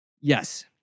Yes